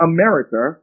America